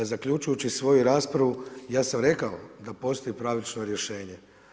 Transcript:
Zaključujući svoju raspravu ja sam rekao da postoji pravično rješenje.